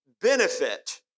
benefit